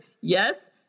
Yes